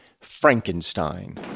Frankenstein